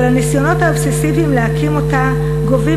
אבל הניסיונות האובססיביים להקים אותה גובים